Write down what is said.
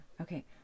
Okay